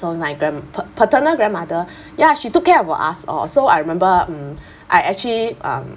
so my grandm~ pat~ paternal grandmother ya she took care of us all so I remember mm I actually um